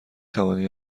توانی